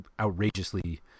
outrageously